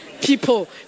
people